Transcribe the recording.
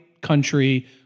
country